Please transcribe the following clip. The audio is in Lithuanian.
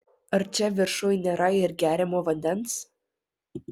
ar čia viršuj nėra ir geriamo vandens